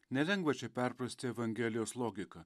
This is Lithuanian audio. nelengva čia perprasti evangelijos logiką